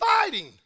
fighting